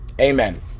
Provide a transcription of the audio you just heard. Amen